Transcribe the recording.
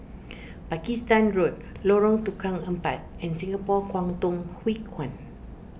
Pakistan Road Lorong Tukang Empat and Singapore Kwangtung Hui Kuan